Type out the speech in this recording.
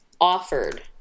offered